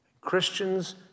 Christians